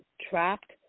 trapped